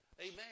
Amen